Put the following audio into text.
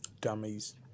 dummies